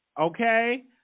Okay